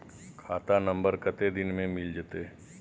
खाता नंबर कत्ते दिन मे मिल जेतै?